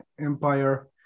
Empire